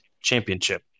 Championship